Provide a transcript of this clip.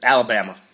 Alabama